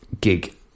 gig